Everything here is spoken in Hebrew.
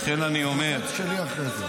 למה לא הקמתם ועדה?